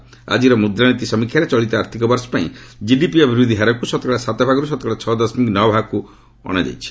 ଆକ୍କିର ମୁଦ୍ରାନୀତି ସମୀକ୍ଷାରେ ଚଳିତ ଆର୍ଥିକବର୍ଷ ପାଇଁ କିଡିପି ଅଭିବୃଦ୍ଧି ହାରକୁ ଶତକଡ଼ା ସାତ ଭାଗରୁ ଶତକଡ଼ା ଛଅ ଦଶମିକ ନଅ ଭାଗକ୍ତ ଅଣାଯାଇଛି